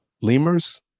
lemurs